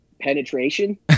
penetration